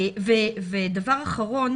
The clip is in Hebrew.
דבר אחרון